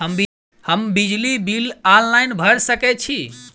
हम बिजली bill online भैर सकै छी?